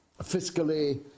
fiscally